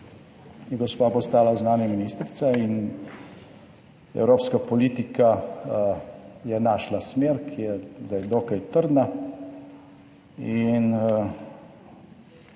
gospa postala zunanja ministrica in evropska politika je našla smer, ki je zdaj dokaj trdna in